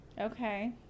okay